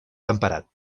temperat